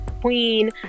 Queen